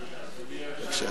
אדוני היושב-ראש,